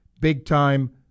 big-time